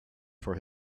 for